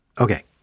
Okay